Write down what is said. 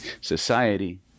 Society